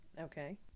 Okay